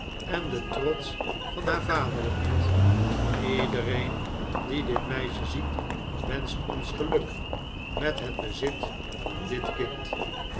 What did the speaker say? en de trots van haar vaderland iedereen die dit meisje ziet wenscht ons geluk met het bezit van dit kind